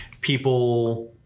people-